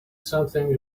something